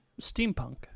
steampunk